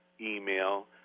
email